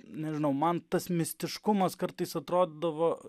nežinau man tas mistiškumas kartais atrodydavo